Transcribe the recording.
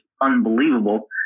unbelievable